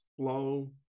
flow